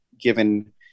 given